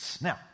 Now